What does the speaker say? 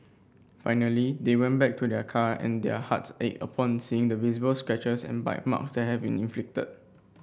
finally they went back to their car and their hearts ached upon seeing the visible scratches and bite marks that had been inflicted